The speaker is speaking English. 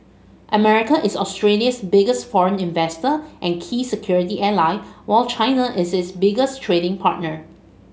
America is Australia's biggest foreign investor and key security ally while China is its biggest trading partner